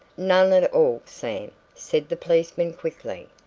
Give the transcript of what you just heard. none at all, sam, said the policeman quickly.